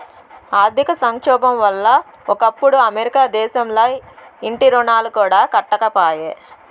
ఆర్థిక సంక్షోబం వల్ల ఒకప్పుడు అమెరికా దేశంల ఇంటి రుణాలు కూడా కట్టకపాయే